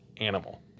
animal